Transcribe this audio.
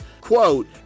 quote